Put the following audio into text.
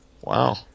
Wow